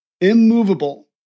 immovable